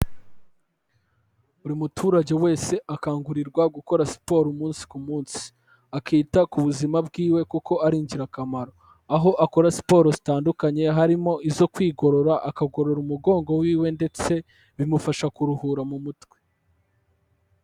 Buri muturage wese akangurirwa gukora siporo umunsi ku munsi; akita ku buzima bwiwe kuko ari ingirakamaro, aho akora siporo zitandukanye harimo izo kwigorora, akagorora umugongo wiwe ndetse bimufasha kuruhura mu mutwe.